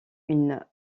une